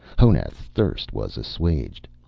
honath's thirst was assuaged.